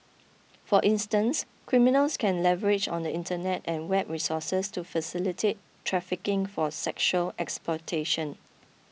for instance criminals can leverage on the Internet and web resources to facilitate trafficking for sexual exportation